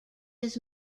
his